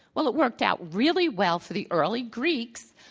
well, it worked out really well for the early greeks,